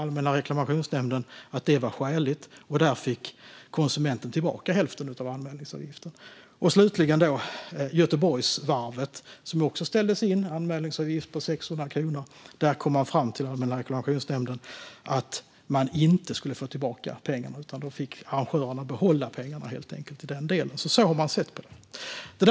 Allmänna reklamationsnämnden sa att det var skäligt, och där fick konsumenten tillbaka hälften av anmälningsavgiften. Slutligen har vi Göteborgsvarvet, som också ställdes in. Anmälningsavgiften där är 600 kronor, och Allmänna reklamationsnämnden kom fram till att konsumenten inte skulle få tillbaka pengarna. I stället fick arrangören helt enkelt behålla pengarna i den delen. Så har alltså Allmänna reklamationsnämnden sett på detta.